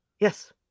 Yes